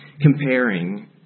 comparing